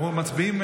אנחנו מצביעים,